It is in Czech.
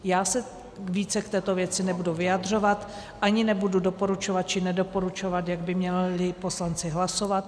Já se více k této věci nebudu vyjadřovat, ani nebudu doporučovat či nedoporučovat, jak by měli poslanci hlasovat.